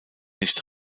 nicht